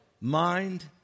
mind